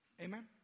Amen